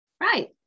right